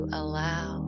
allow